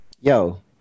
Yo